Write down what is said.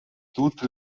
tutte